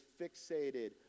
fixated